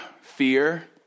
fear